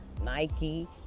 Nike